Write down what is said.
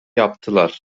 yaptılar